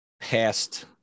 past